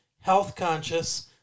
health-conscious